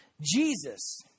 Jesus